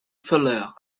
fuller